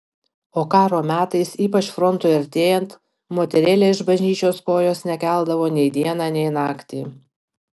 o karo metais ypač frontui artėjant moterėlė iš bažnyčios kojos nekeldavo nei dieną nei naktį